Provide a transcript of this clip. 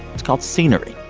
it's called scenery.